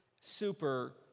super